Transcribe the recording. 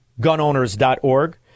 gunowners.org